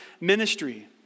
ministry